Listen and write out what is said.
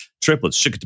Triplets